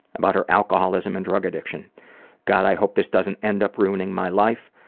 about her alcoholism and drug addiction god, i hope this doesn't end up ruining my life.